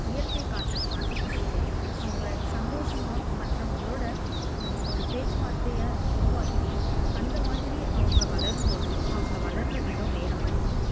இயற்கை காற்றை சுவாசிக்க வச்சு அவங்களை சந்தோஷமாக மற்றவங்களோடய ஒரு பேச்சு வார்த்தையை உருவாக்கி அந்த மாதிரி அவங்க வளரும்போது அவங்க வளர்ற விதம் வேற மாதிரி இருக்கும்